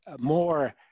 more